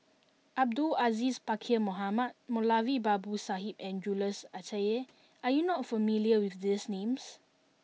Abdul Aziz Pakkeer Mohamed Moulavi Babu Sahib and Jules Itier are you not familiar with these names